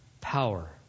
power